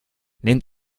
nehmt